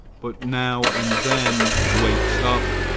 but now and then wakes up,